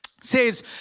says